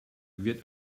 wird